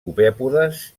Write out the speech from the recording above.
copèpodes